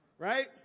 Right